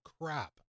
crap